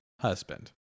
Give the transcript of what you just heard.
husband